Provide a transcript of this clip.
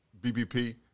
BBP